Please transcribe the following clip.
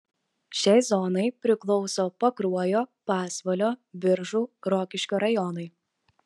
šiai zonai priklauso pakruojo pasvalio biržų rokiškio rajonai